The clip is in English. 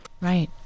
Right